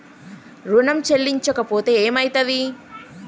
ఋణం చెల్లించకపోతే ఏమయితది?